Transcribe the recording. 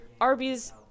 Arby's